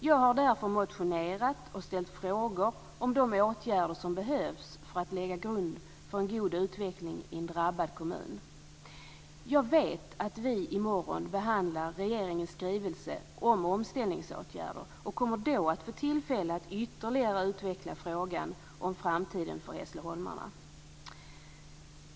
Jag har därför motionerat och ställt frågor om de åtgärder som behövs för att lägga grunden för en god utveckling i en drabbad kommun. Jag vet att vi i morgon ska behandla regeringens skrivelse om omställningsåtgärder. Det blir då tillfälle att ytterligare utveckla frågan om framtiden för hässleholmarna.